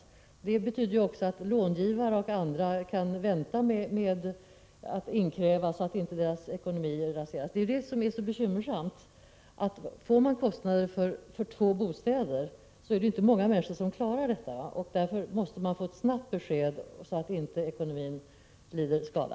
Under sådana förhållanden kan också långivare och andra vänta med sina krav, så att de drabbades ekonomi inte spolieras. Det bekymmersamma är att det inte är många människor som klarar kostnader för två bostäder. Därför måste de drabbade få ett snabbt besked så att deras ekonomi inte lider skada.